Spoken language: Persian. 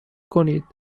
کنید